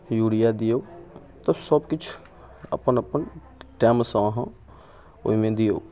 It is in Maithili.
यूरिया दियौ तऽ सब किछु अपन अपन टाइमसँ अहाँ ओइमे दियौ